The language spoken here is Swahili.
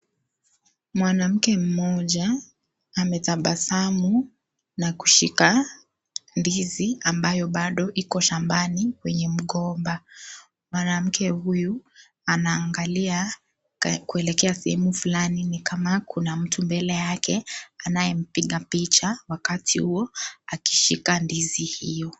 Mwanamke mmoja, ametabasamu na kushika ndizi ,ambayo bado iko shambani kwenye mgomba. Mwanamke huyu, anaangalia kuelekea sehemu fulani ni kama kuna mtu mbele yake anayempiga picha wakati huo akishika ndizi hiyo.